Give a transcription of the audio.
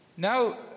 Now